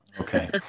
Okay